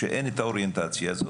שבו אין את האוריינטציה הזו